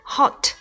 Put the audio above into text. Hot